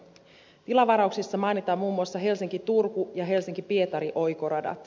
tilavarauksissa mainitaan muun muassa helsinkiturku ja helsinkipietari oikoradat